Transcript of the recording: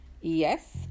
Yes